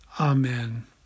Amen